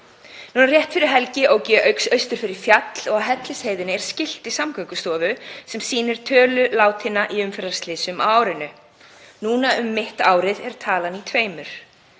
Rétt fyrir helgi ók ég austur fyrir fjall og á Hellisheiðinni er skilti Samgöngustofu sem sýnir tölu látinna í umferðarslysum á árinu. Núna um mitt árið er talan í tveimur.